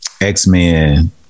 X-Men